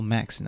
Max